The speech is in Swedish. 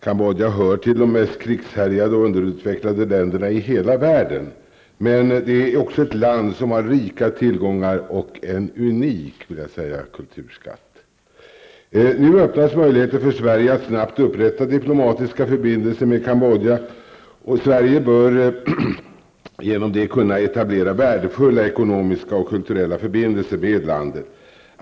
Cambodja hör till de mest krigshärjade och underutvecklade länderna i världen, men det är också ett land som har rika tillgångar och en, skulle jag vilja säga, unik kulturskatt. Nu öppnar det sig möjligheter för Sverige att snabbt upprätta diplomatiska förbindelser med Cambodja. Sverige bör kunna etablera värdefulla ekonomiska och kulturella förbindelser med landet.